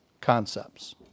concepts